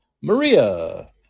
Maria